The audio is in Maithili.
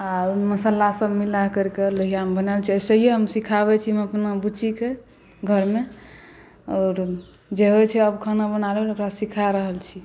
आओर ओहिमे मसालासब मिला करिके लोहिआमे बनाबै छिए अइसे ही हम सिखाबै छी हम अपना बुच्चीके घरमे आओर जे होइ छै अब खाना बनाबैलए ओकरा सिखा रहल छिए